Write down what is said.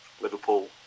Liverpool